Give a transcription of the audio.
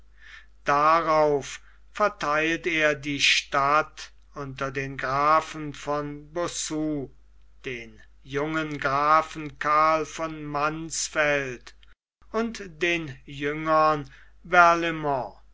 darauf vertheilt er die stadt unter den grafen von bossu den jungen grafen karl von mansfeld und den jüngern